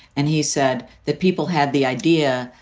and he said that people had the idea.